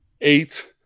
eight